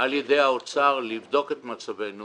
על ידי האוצר לבדוק את מצבנו,